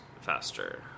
faster